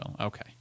Okay